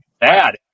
bad